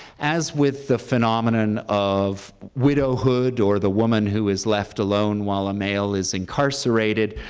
as with the phenomenon of widowhood or the woman who is left alone while a male is incarcerated,